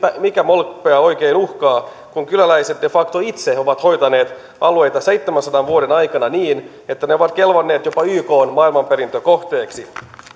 mikä molpea oikein uhkaa kun kyläläiset de facto itse ovat hoitaneet alueita seitsemänsadan vuoden aikana niin että ne ovat kelvanneet jopa ykn maailmanperintökohteeksi